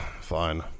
Fine